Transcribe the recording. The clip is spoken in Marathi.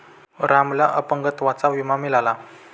रामला अपंगत्वाचा विमा मिळाला